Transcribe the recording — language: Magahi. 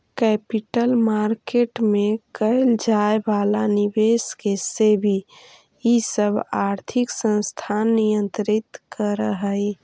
कैपिटल मार्केट में कैइल जाए वाला निवेश के सेबी इ सब आर्थिक संस्थान नियंत्रित करऽ हई